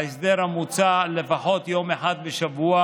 ההסדר המוצע כולל לפחות יום אחד בשבוע